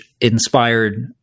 inspired